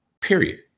period